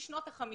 משנות ה-50,